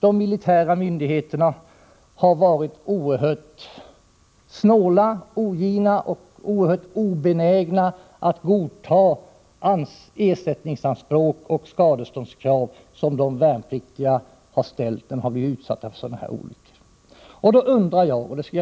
De militära myndigheterna har varit oerhört ogina och obenägna att godta ersättningsanspråk och skadeståndskrav som de värnpliktiga som blivit utsatta för sådana olyckor har ställt.